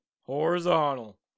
Horizontal